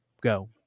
go